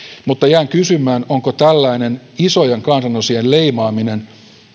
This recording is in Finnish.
mutta jään kysymään onko tällainen isojen kansanosien leimaaminen